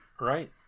right